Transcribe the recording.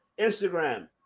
Instagram